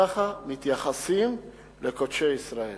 ככה מתייחסים לקודשי ישראל.